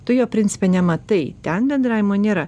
tu jo principe nematai ten bendravimo nėra